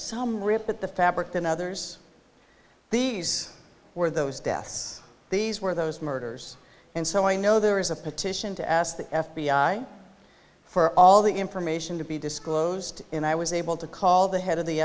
some rip at the fabric than others these were those deaths these were those murders and so i know there is a petition to ask the f b i for all the information to be disclosed and i was able to call the head of the